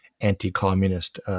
anti-communist